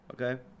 okay